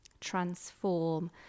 transform